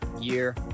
year